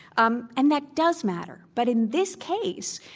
um and that does matter. but in this case,